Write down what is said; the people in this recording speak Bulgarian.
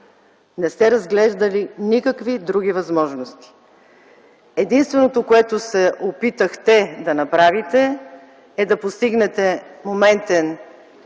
Не сте разглеждали никакви други възможности. Единственото, което се опитахте да направите, е да постигнете моментен,